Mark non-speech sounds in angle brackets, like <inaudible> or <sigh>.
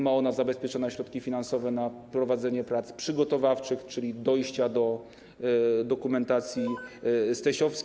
Ma ona zabezpieczone środki finansowe na prowadzenie prac przygotowawczych, czyli dojście do dokumentacji <noise> STS.